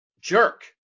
jerk